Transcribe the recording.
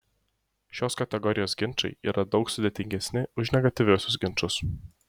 šios kategorijos ginčai yra daug sudėtingesni už negatyviuosius ginčus